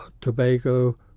Tobago